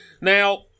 Now